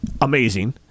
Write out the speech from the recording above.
Amazing